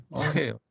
okay